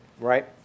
right